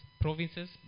provinces